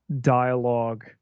Dialogue